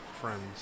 friends